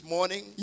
Morning